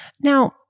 Now